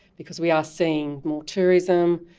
because we are seeing more tourism,